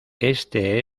este